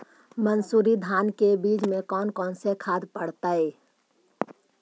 मंसूरी धान के बीज में कौन कौन से खाद पड़तै?